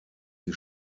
die